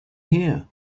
here